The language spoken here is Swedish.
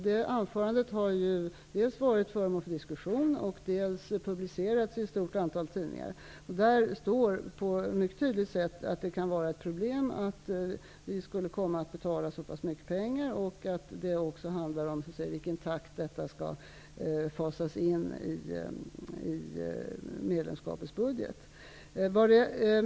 Det anförandet har varit dels föremål för diskussion, dels publicerats i ett stort antal tidningar. Det är mycket tydligt angivet att det kunde innebära problem att vi skulle komma att betala så pass mycket pengar och att det handlar om med vilken takt som betalningen skall fasas in i medlemskapets budget.